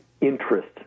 interest